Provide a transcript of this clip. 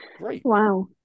Wow